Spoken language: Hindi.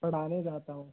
पढ़ाने जाता हूँ